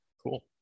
cool